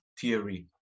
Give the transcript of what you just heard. theory